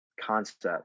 concept